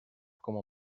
como